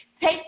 take